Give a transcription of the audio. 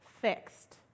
fixed